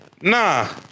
Nah